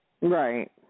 Right